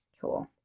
Cool